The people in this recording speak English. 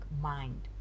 mind